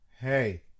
Hey